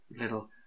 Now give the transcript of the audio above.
little